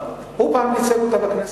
הוא לא מייצג, הוא פעם ייצג אותה בכנסת.